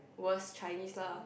worst Chinese lah